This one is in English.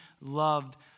loved